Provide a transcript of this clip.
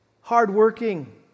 hardworking